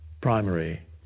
primary